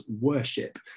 worship